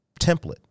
template